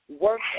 Work